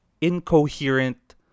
incoherent